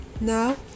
Now